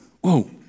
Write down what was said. whoa